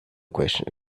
question